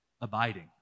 abiding